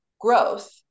growth